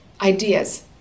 ideas